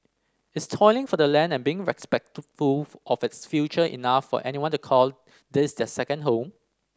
is toiling for the land and being respectful of its future enough for anyone to call this their second home